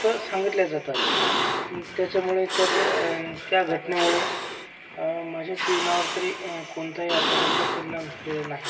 फक्त सांगितल्या जातात त्याच्यामुळे त्याचं त्या घटनेमुळे माझ्या जीवनावर तरी कोणताही आतापर्यंत परिणाम झालेला नाही